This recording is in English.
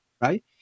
right